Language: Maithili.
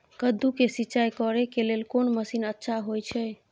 कद्दू के सिंचाई करे के लेल कोन मसीन अच्छा होय छै?